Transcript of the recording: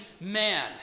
man